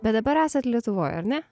bet dabar esat lietuvoj ar ne